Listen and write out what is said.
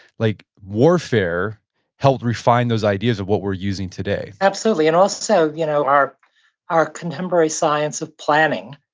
like warfare helped refine those ideas of what we're using today absolutely, and also you know our our contemporary science of planning.